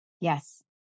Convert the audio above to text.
Yes